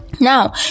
Now